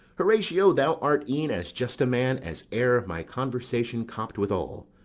horatio, thou art e'en as just a man as e'er my conversation cop'd withal.